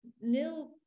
nil